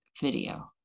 video